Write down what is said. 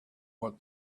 what